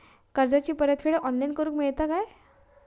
कर्जाची परत फेड ऑनलाइन करूक मेलता काय?